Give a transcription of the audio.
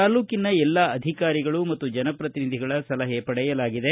ತಾಲ್ಲೂಕಿನ ಎಲ್ಲಾ ಅಧಿಕಾರಿಗಳು ಮತ್ತು ಜನಪ್ರತಿನಿಧಿಗಳ ಸಲಹೆ ಪಡೆಯಲಾಗಿದೆ